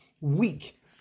weak